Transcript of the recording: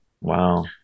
Wow